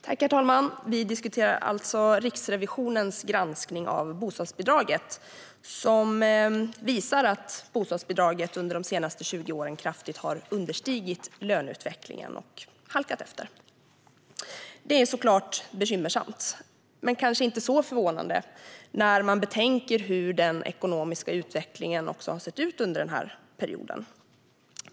Herr talman! Vi diskuterar alltså Riksrevisionens granskning av bostadsbidraget som visar att bostadsbidraget under de senaste 20 åren kraftigt har understigit löneutvecklingen och halkat efter. Det är såklart bekymmersamt men kanske inte så förvånande när man betänker hur den ekonomiska utvecklingen har sett ut under den här perioden.